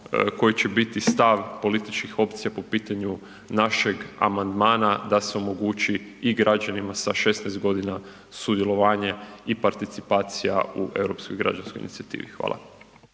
koji će biti stav političkih opcija po pitanju našeg amandmana da se omogući i građanima sa 16 g. sudjelovanje i participacija u europskoj građanskoj inicijativi. Hvala.